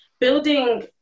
building